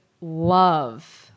love-